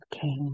came